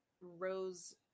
Rose